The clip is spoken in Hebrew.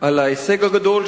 על ההישג הגדול,